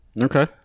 Okay